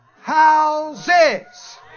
houses